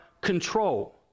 control